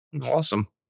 Awesome